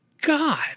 God